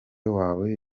wawe